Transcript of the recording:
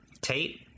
Tate